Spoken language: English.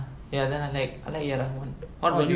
ya then I like I like yalahuan what about you